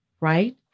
right